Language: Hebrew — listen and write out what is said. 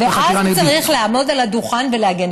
ואז הוא צריך לעמוד על הדוכן ולהיחקר חקירה נגדית.